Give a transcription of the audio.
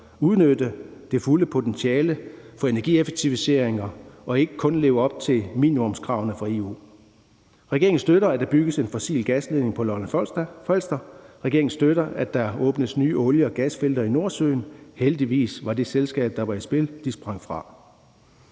udnytte det fulde potentiale for energieffektiviseringer og ikke kun leve op til minimumskravene fra EU. Regeringen støtter, at der bygges en fossil gasledning på Lolland-Falster, og regeringen støtter, at der åbnes nye olie- og gasfelter i Nordsøen. Heldigvis sprang det selskab, der var i spil, fra.